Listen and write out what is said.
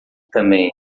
também